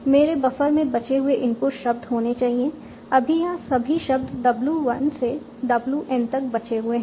मेरे बफर में बचे हुए इनपुट शब्द होने चाहिए अभी यहां सभी शब्द w1 से w n तक बचे हुए हैं